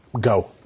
Go